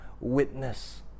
witness